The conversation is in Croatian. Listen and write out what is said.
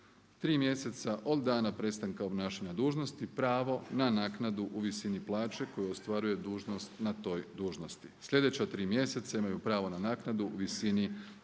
mjeseca od dana prestanka obnašanja dužnosti pravo na naknadu u visini plaće koju ostvaruje na toj dužnosti. Sljedeća tri mjeseca imaju pravo na naknadu u visini